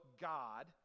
God